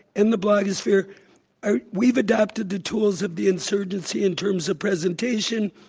and the blogosphere, are we've adopted the tools of the insurgency in terms of presentation,